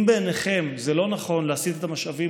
אם בעיניכם זה לא נכון להסיט את המשאבים